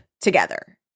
together